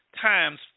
times